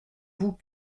vous